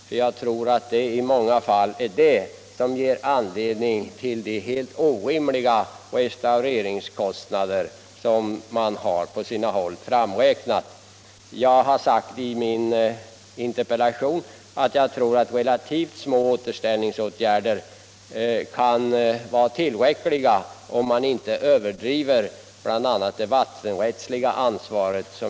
Jag tror nämligen att det i många fall är det som ger anledning till de helt orimliga restaureringskostnader som man på sina håll har framräknat. I min interpellation har jag framhållit att jag tror att relativt små återställningsåtgärder kan vara tillräckliga, om man inte överdriver bl.a. det vattenrättsliga ansvaret.